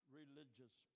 religious